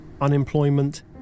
unemployment